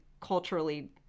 culturally